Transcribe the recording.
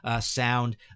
sound